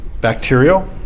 bacterial